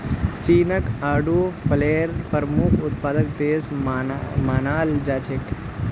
चीनक आडू फलेर प्रमुख उत्पादक देश मानाल जा छेक